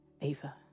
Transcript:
Ava